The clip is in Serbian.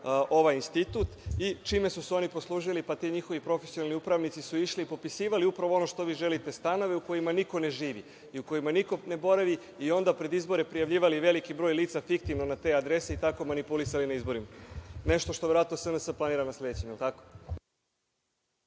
ovaj institut. Čime su se oni poslužili? Ti njihovi profesionalni upravnici su išli i popisivali, upravo ono što vi želite, stanove u kojima niko ne živi i u kojima niko ne boravi i onda pred izbore prijavljivali veliki broj lica fiktivno na te adrese i tako manipulisali na izborima. Nešto što, verovatno, SNS planira na sledećim, jel tako?